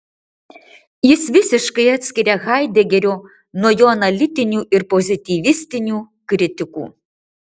jis visiškai atskiria haidegerio nuo jo analitinių ir pozityvistinių kritikų